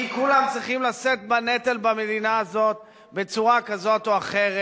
כי כולם צריכים לשאת בנטל במדינה הזאת בצורה כזאת או אחרת.